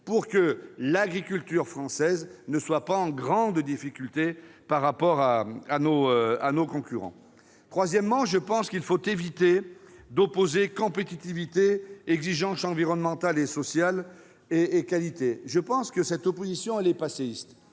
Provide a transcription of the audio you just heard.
pour que l'agriculture française ne se retrouve pas en grande difficulté par rapport à nos concurrents. Troisièmement, je pense qu'il faut éviter d'opposer compétitivité, d'une part, exigence environnementale et sociale et qualité, d'autre part. Cette opposition me paraît passéiste.